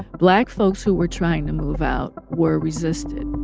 black folks who were trying to move out were resisted.